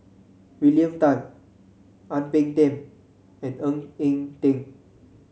William Tan Ang Peng Tiam and Ng Eng Teng